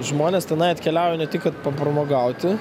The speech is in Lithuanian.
žmonės tenai atkeliauja ne tik kad papramogauti